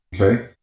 Okay